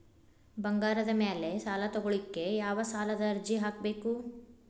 ಬಂಗಾರದ ಮ್ಯಾಲೆ ಸಾಲಾ ತಗೋಳಿಕ್ಕೆ ಯಾವ ಸಾಲದ ಅರ್ಜಿ ಹಾಕ್ಬೇಕು?